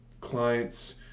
clients